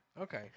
Okay